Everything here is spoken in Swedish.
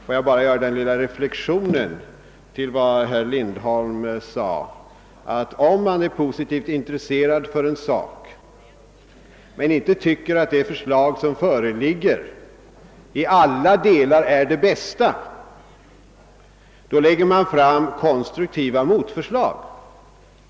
Jag vill bara göra en liten reflexion i anledning av vad herr Lindholm sade. Om man är positivt intresserad för en sak men inte tycker att det förslag som föreligger i alla delar är det bästa, så vill man ju gärna framföra konstruktiva motförslag.